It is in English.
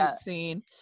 scene